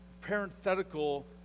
parenthetical